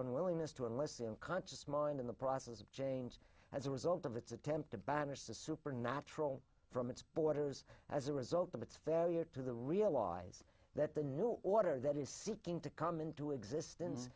own willingness to unless the conscious mind in the process of change as a result of its attempt to banish the supernatural from its borders as a result of its failure to the realize that the new order that is seeking to come into existence